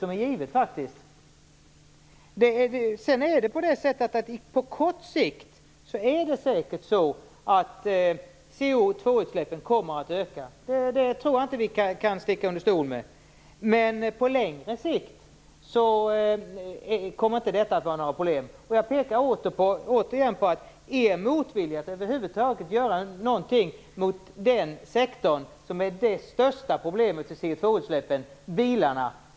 Det är ett löfte som är givet. På kort sikt är det säkert så att CO2-utsläppen kommer att öka. Jag tror inte att vi kan sticka under stol med det. Men på längre sikt kommer inte detta att vara något problem. Jag pekar återigen på er motvilja mot att över huvud taget göra någonting mot den sektor som är det största problemet i CO2-utsläppen, dvs. bilarna.